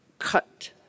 cut